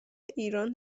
ایران